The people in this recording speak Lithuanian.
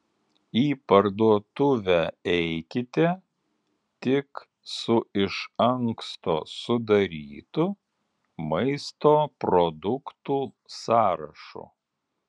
į parduotuvę eikite tik su iš anksto sudarytu maisto produktų sąrašu